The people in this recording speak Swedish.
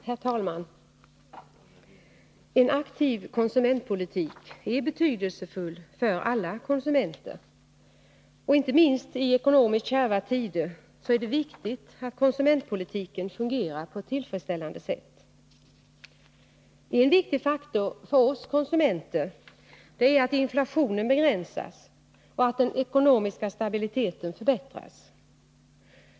Herr talman! En aktiv konsumentpolitik är betydelsefull för alla konsumenter. Inte minst i ekonomiskt kärva tider är det viktigt att konsumentpolitiken fungerar på ett tillfredsställande sätt. En annan viktig faktor för oss konsumenter är att inflationen begränsas och att den ekonomiska stabiliteten förbättras.